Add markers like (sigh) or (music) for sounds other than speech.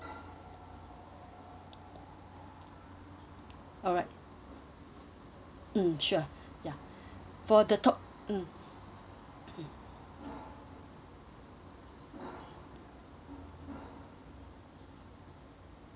alright mm sure (breath) ya (breath) for the top~ mm mm